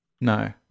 No